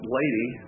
lady